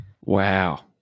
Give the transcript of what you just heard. Wow